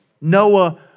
Noah